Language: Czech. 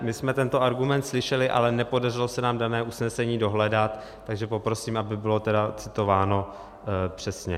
My jsme tento argument slyšeli, ale nepodařilo se nám dané usnesení dohledat, takže poprosím, aby bylo citováno přesně.